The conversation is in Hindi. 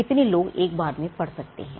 कितने लोग इसे एक बार में पढ़ सकते हैं